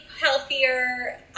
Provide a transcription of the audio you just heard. healthier